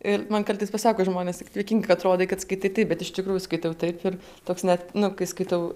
ir man kartais pasako žmonės juokingai atrodai kad skaitai taip bet iš tikrųjų skaitau taip ir toks net kai skaitau